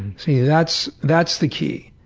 yeah that's that's the key,